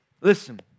listen